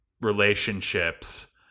relationships